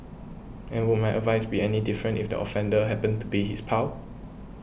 and would my advice be any different if the offender happened to be his pal